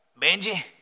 Benji